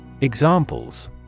Examples